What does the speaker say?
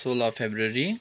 सोह्र फेब्रुअरी